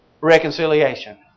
Reconciliation